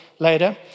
later